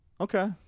Okay